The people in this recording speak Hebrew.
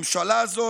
ממשלה זו,